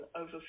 over